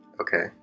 Okay